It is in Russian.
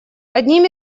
одним